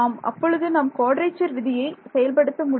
அப்பொழுது நாம் குவாட்ரேச்சர் விதியை செயல்படுத்த முடியும்